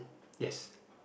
yes